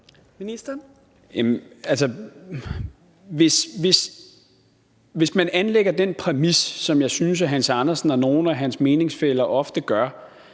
Hvis man anlægger den præmis, som jeg synes Hans Andersen og nogle af hans meningsfæller ofte gør,